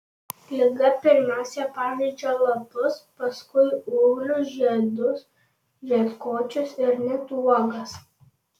liga pirmiausia pažeidžia lapus paskui ūglius žiedus žiedkočius ir net uogas